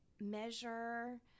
measure